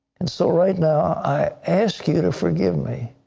and so right now i ask you to forgive me.